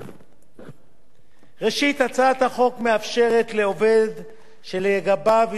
הצעת החוק מאפשרת לעובד שלגביו הסתיימו יחסי עובד-מעביד